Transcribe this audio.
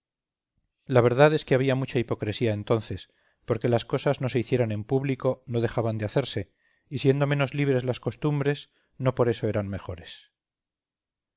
la verdad es que había mucha hipocresía entonces porque las cosas no se hicieran en público no dejaban de hacerse y siendo menos libres las costumbres no por eso eran mejores